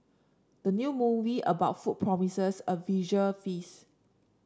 the new movie about food promises a visual feast